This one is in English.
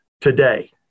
today